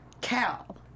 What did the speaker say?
Cal